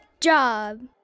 job